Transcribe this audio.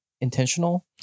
intentional